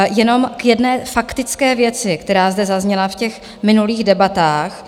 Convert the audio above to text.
Jenom k jedné faktické věci, která zde zazněla v těch minulých debatách.